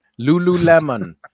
Lululemon